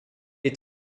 est